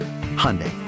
Hyundai